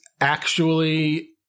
actually-